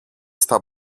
στα